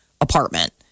apartment